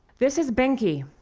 this is benki.